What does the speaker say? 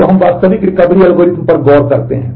तो अब हम वास्तविक रिकवरी एल्गोरिथ्म पर गौर करते हैं